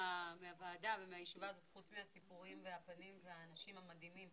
מהר מאוד התרגלתי וקיבלתי משפחה חדשה של אנשים בגרעין שלי.